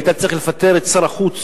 היית צריך לפטר את שר החוץ